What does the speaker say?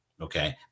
Okay